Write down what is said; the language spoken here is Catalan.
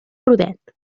rodet